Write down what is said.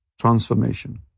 transformation